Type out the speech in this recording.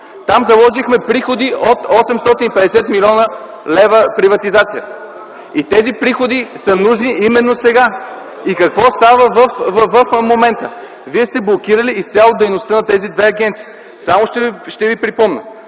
Там заложихме приходи от 850 млн. лв. от приватизация. Тези приходи са нужни именно сега. (Реплики в мнозинството.) Какво става в момента? Вие сте блокирали изцяло дейността на тези две агенции. Само ще ви припомня.